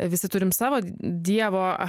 visi turime savo dievo